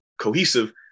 cohesive